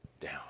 down